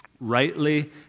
Rightly